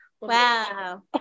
Wow